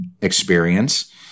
experience